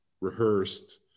rehearsed